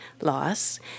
loss